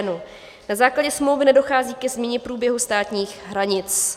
Na základě smlouvy nedochází ke změně průběhu státních hranic.